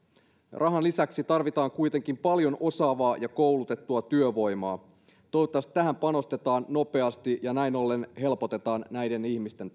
rahan lisäksi tarvitaan kuitenkin paljon osaavaa ja koulutettua työvoimaa toivottavasti tähän panostetaan nopeasti ja näin ollen helpotetaan näiden ihmisten